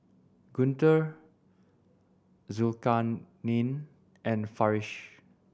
Guntur Zulkarnain and Farish